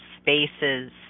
spaces